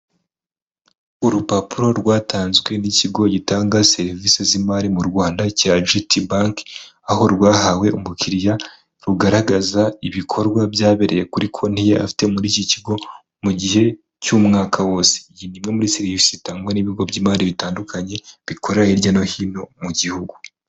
Urupapuro rwatanzwe n'ikigo gitanga serivise z'imari mu Rwanda cya jiti banki, aho rwahawe umukiliriya rugaragaza ibikorwa byabereye kuri konti ye afite muri iki kigo mu gihe cy'umwaka wose, iyi ni imwe muri serivise itangwa n'ibigo by'imari bitandukanye bikorera hirya no hino mu gihugu.